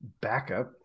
backup